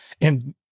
And-